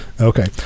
okay